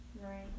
Right